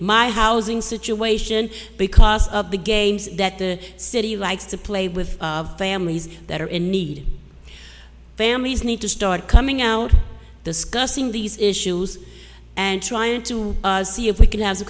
my housing situation because of the games that the city likes to play with families that are in need families need to start coming out discussing these issues and trying to see if we can have